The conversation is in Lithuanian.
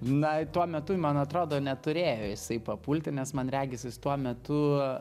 na tuo metu man atrodo neturėjo jisai papulti nes man regis jis tuo metu